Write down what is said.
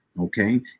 okay